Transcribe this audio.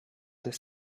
their